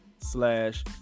slash